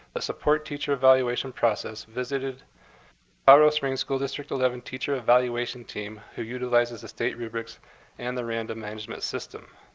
a support teacher evaluation process, visited colorado ah spring's school district eleven teacher evaluation team, who utilizes the state rubrics and the randa management system.